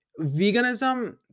veganism